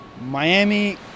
Miami